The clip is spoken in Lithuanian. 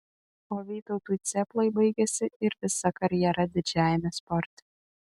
o vytautui cėplai baigėsi ir visa karjera didžiajame sporte